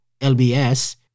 LBS